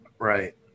Right